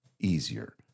easier